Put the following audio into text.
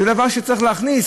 זה דבר שצריך להכניס.